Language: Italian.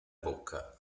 bocca